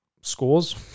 scores